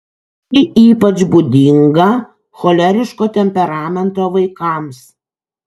tai ypač būdinga choleriško temperamento vaikams